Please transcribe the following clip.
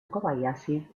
kobayashi